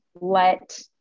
let